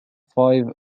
five